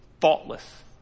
faultless